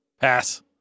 Pass